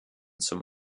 zum